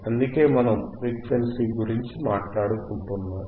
అందుకే మనం ఫ్రీక్వెన్సీ గురించి మాట్లాడుకుంటున్నాం